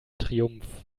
triumph